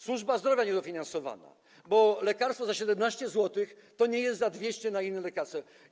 Służba zdrowia niedofinansowana, bo lekarstwo za 17 zł to nie jest za 200 inne lekarstwo.